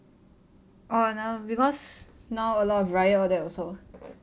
orh now because now a lot of riot there also